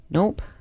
Nope